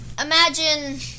imagine